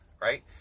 right